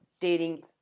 dating